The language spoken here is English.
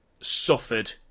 suffered